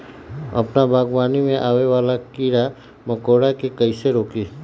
अपना बागवानी में आबे वाला किरा मकोरा के कईसे रोकी?